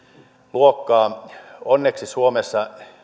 luokkaa onneksi suomessa